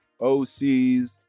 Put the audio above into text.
ocs